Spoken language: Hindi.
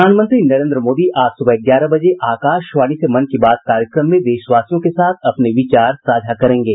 प्रधानमंत्री नरेन्द्र मोदी आज सुबह ग्यारह बजे आकाशवाणी से मन की बात कार्यक्रम में देशवासियों के साथ अपने विचार साझा करेंगे